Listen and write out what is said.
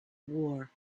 war